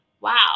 wow